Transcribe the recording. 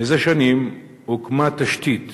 לפני שנים הוקמה תשתית